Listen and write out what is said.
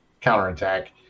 counterattack